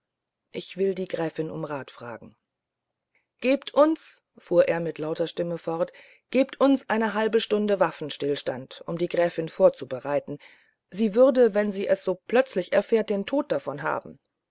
ich will die gräfin um rat fragen gebt uns fuhr er mit lauter stimme fort gebt uns eine halbe stunde waffenstillstand um die gräfin vorzubereiten sie würde wenn sie es so plötzlich erfährt den tod davon haben